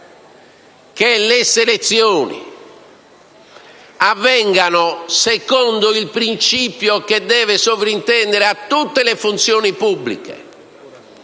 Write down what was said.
che le selezioni avvengano secondo il principio che deve presiedere a tutte le funzioni pubbliche: